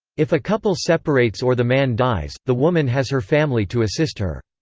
if a couple separates or the man dies, the woman has her family to assist her.